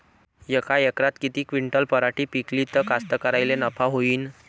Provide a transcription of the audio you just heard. यका एकरात किती क्विंटल पराटी पिकली त कास्तकाराइले नफा होईन?